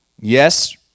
Yes